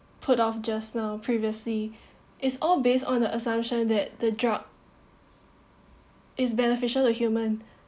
put off just now previously it's all based on a assumption that the drug is beneficial a human